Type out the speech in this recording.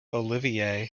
olivier